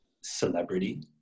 celebrity